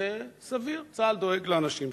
שזה סביר, צה"ל דואג לאנשים שלו.